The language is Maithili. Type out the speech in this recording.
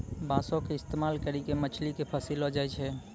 बांसो के इस्तेमाल करि के मछली के फसैलो जाय छै